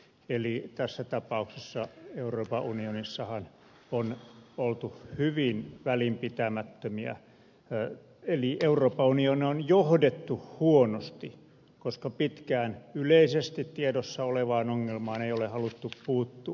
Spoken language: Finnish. eli tässä tapauksessa euroopan unionissahan on oltu hyvin välinpitämättömiä eli euroopan unionia on johdettu huonosti koska pitkään yleisesti tiedossa olevaan ongelmaan ei ole haluttu puuttua